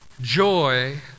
joy